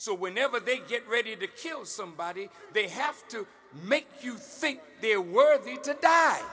so whenever they get ready to kill somebody they have to make you think they're worth